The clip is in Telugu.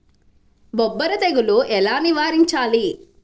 బొబ్బర తెగులు ఎలా నివారించాలి?